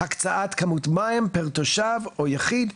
הקצאת כמות מים פר תושב או יחיד.